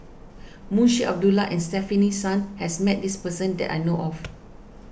Munshi Abdullah and Stefanie Sun has met this person that I know of